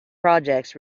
projects